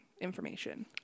information